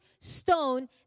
stone